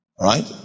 right